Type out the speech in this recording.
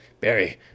Barry